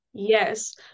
Yes